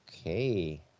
Okay